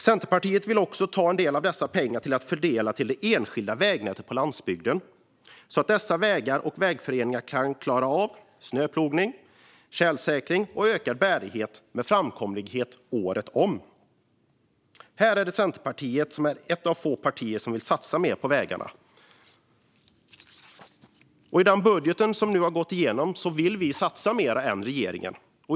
Centerpartiet vill också ta en del av dessa pengar till att fördela till det enskilda vägnätet på landsbygden så att vägföreningar för dessa vägar kan klara av snöplogning, tjälsäkring och få ökad bärighet med framkomlighet året om. Här är Centerpartiet ett av få partier som vill satsa mer på vägarna. I den budget som nu har gått igenom vill vi satsa mer än regeringen.